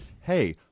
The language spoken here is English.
hey